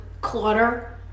clutter